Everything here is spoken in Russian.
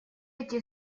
эти